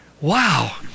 Wow